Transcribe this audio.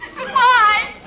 Goodbye